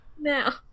now